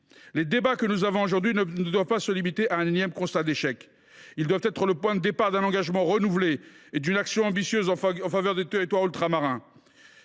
Les débats que nous avons aujourd’hui ne doivent pas déboucher sur un énième constat d’échec. Ils doivent être le point de départ d’un engagement renouvelé et d’une action ambitieuse en faveur des territoires ultramarins.